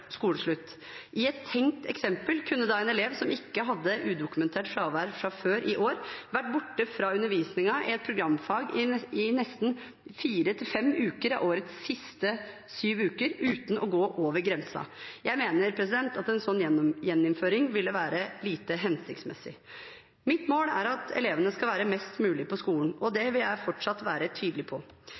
I et tenkt eksempel kunne da en elev som ikke hadde udokumentert fravær fra før i skoleåret, vært borte fra undervisningen i et programfag i nesten fire–fem uker av skoleårets siste syv uker uten å gå over grensen. Jeg mener at en slik gjeninnføring ville være lite hensiktsmessig. Mitt mål er at elevene skal være mest mulig på skolen, og det vil jeg fortsatt være tydelig på.